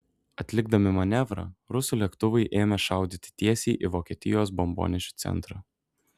atlikdami manevrą rusų lėktuvai ėmė šaudyti tiesiai į vokietijos bombonešių centrą